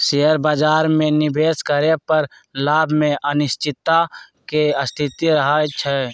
share बाजार में निवेश करे पर लाभ में अनिश्चितता के स्थिति रहइ छइ